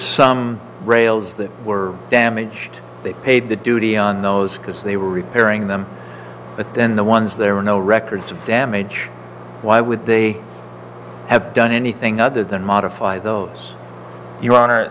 some rails that were damaged they paid the duty on those because they were repairing them but then the ones there were no records of damage why would they have done anything other than modify those your